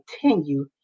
continue